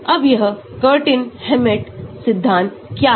अब यह Curtin Hammettसिद्धांत क्या है